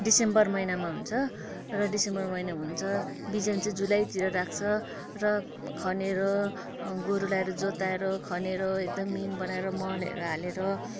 दिसम्बर महिनामा हुन्छ र दिसम्बर महिनामा हुन्छ बिजन चाहिँ जुलाईतिर राख्छ र खनेर गोरु लाएर जोताएर खनेर एकदम मिहिन बनाएर मलहरू हालेर